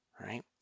right